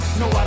no